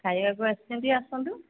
ଖାଇବାକୁ ଆସିଛନ୍ତି ଆସନ୍ତୁ